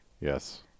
Yes